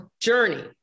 journey